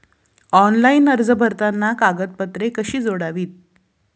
Online अर्ज भरताना कागदपत्रे कशी जोडावीत?